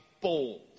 bold